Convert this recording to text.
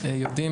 יודעים,